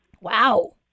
Wow